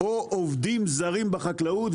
או עובדים זרים בחקלאות,